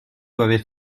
doivent